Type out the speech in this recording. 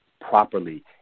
properly